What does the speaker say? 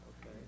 okay